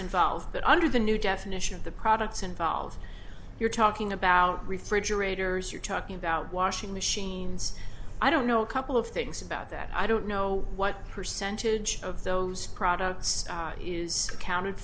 involved but under the new definition of the products involved you're talking about refrigerators you're talking about washing machines i don't know a couple of things about that i don't know what percentage of those products is accounted